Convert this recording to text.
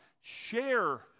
Share